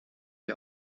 wir